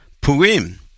Purim